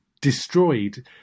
destroyed